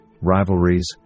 rivalries